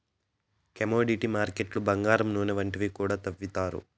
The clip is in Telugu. కమోడిటీ మార్కెట్లు బంగారం నూనె వంటివి కూడా తవ్విత్తారు